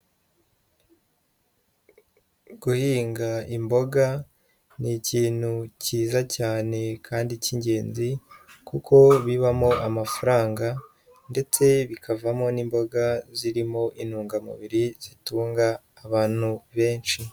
Guhinga imboga ni ikintu kiza cyane kandi k'ingenzi kuko bibamo amafaranga ndetse bikavamo n'imboga zirimo intungamubiri zitunga abantu benshi.